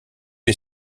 est